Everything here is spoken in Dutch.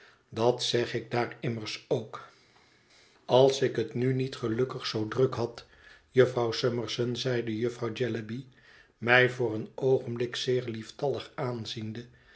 dat zeg ik daar immers ook als ik het nu niet gelukkig zoo druk had jufvrouw summerson zeide mevrouw jellyby mij voor een oogenblik zeer lieftallig aanziende